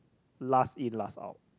last in last out